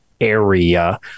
area